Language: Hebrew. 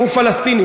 הוא פלסטיני,